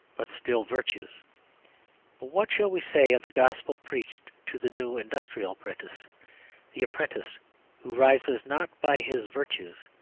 but still virtues. but what shall we say of the gospel preached to the new industrious apprentice the apprentice who rises not by his virtues,